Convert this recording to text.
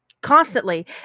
Constantly